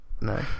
No